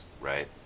right